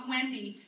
Wendy